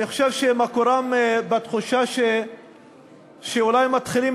אני חושב שמקורן בתחושה שאולי מתחילים